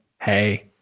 hey